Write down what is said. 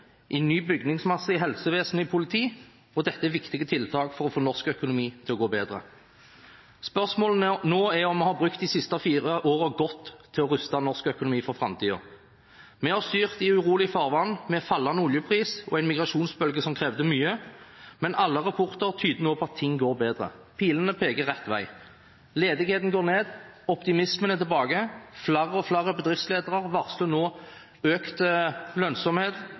i ny bygningsmasse i helsevesenet og i politiet. Dette er viktige tiltak for å få norsk økonomi til å gå bedre. Spørsmålet nå er om vi har brukt de siste fire årene godt med hensyn til å ruste norsk økonomi for framtiden. Vi har styrt i urolig farvann, med fallende oljepris og en migrasjonsbølge som krevde mye, men alle rapporter tyder nå på at ting går bedre. Pilene peker rett vei: Ledigheten går ned, optimismen er tilbake, flere og flere bedriftsledere varsler nå om økt lønnsomhet,